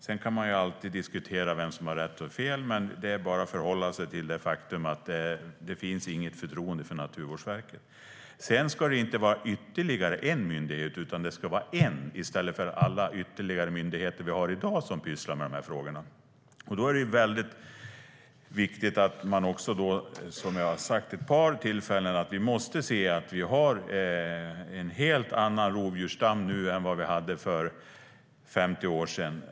Sedan kan man alltid diskutera vem som har rätt eller fel, men det är bara att förhålla sig till det faktum att det inte finns något förtroende för Naturvårdsverket.Avsikten med vårt förslag är inte att det ska vara ytterligare en myndighet, utan det ska vara en enda i stället för alla andra myndigheter som i dag pysslar med dessa frågor. Som jag har sagt vid ett par tillfällen har vi en helt annan rovdjursstam nu än vad vi hade för 50 år sedan.